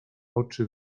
oczy